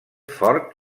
fort